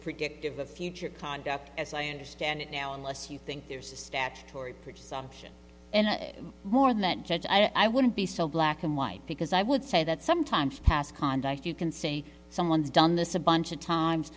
predictive of future conduct as i understand it now unless you think there's a statutory perception and more than that judge i wouldn't be so black and white because i would say that sometimes past conduct you can see someone's done this a bunch of times